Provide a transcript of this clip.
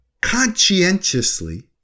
conscientiously